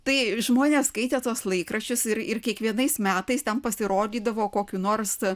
tai žmonės skaitė tuos laikraščius ir ir kiekvienais metais ten pasirodydavo kokių nors